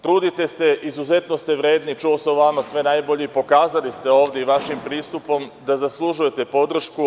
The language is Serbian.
Trudite se, izuzetno ste vredni, čuo sam o vama sve najbolje i pokazali ste ovde i vašim pristupom da zaslužujete podršku.